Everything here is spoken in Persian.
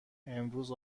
امروز